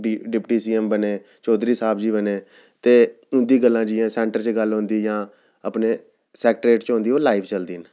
deputy C M बने चौधरी साह्ब जी बने ते उंदी गल्लां जि'यां सेंटर च गल्ल होंदी जां अपने सेक्रेटेरिएट च होंदी ओह् लाइव चलदियां न